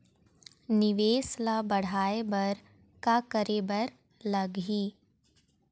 निवेश ला बढ़ाय बर का करे बर लगही?